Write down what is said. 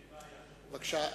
בבקשה.